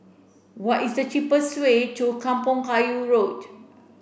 what is the cheapest way to Kampong Kayu Road